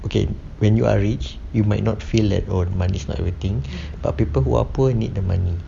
okay when you are rich you might not feel that oh money is not everything but people who are poor need the money